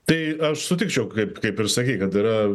tai aš sutikčiau kaip kaip ir sakei kad yra